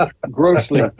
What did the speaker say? grossly